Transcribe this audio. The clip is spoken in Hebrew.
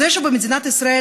זה שבמדינת ישראל,